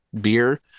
beer